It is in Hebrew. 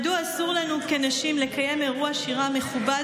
מדוע אסור לנו כנשים לקיים אירוע שירה מכובד